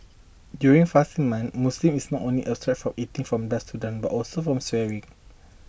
during fasting men Muslims is not only abstain from eating from dusk to dawn but also from swearing